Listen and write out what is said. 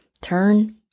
turn